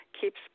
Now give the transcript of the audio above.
keeps